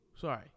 Sorry